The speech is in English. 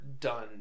done